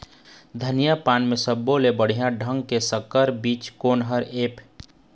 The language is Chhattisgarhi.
धनिया पान म सब्बो ले बढ़िया ढंग के संकर बीज कोन हर ऐप?